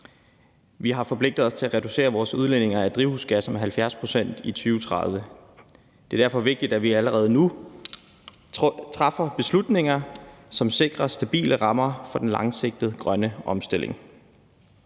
Vi har forpligtet os til at reducere vores udledninger af drivhusgasser med 70 pct. i 2030. Det er derfor vigtigt, at vi allerede nu træffer beslutninger, som sikrer stabile rammer for den langsigtede grønne omstilling.